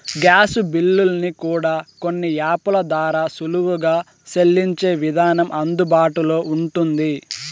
gas బిల్లుల్ని కూడా కొన్ని యాపుల ద్వారా సులువుగా సెల్లించే విధానం అందుబాటులో ఉంటుంది